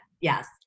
Yes